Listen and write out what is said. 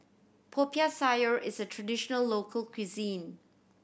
Popiah Sayur is a traditional local cuisine